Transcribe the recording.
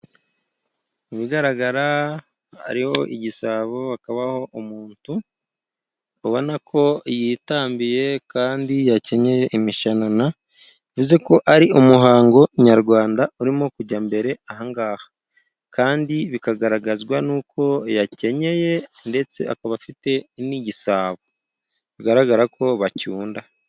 Mu bigaragara hariho igisabo, hakabaho umuntu ubona ko yitandiye kandi yakenyeye imishanana, bivuze ko ari umuhango nyarwanda urimo kujya mbere aha ngaha. Kandi bikagaragazwa n'uko yakenyeye ndetse akaba afite n'igisabo, bigaragara ko bacunda.